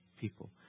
people